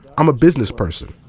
i'm a business person.